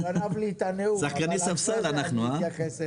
הוא גנב לי את הנאום אבל אחרי זה אני אתייחס.